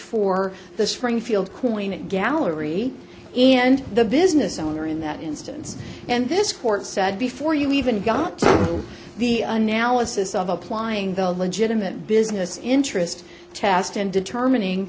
for the springfield coinage gallery and the business owner in that instance and this court said before you even got to the analysis of applying the legitimate business interest test and determining